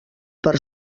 per